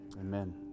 Amen